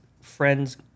friends